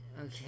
Okay